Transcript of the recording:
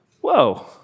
whoa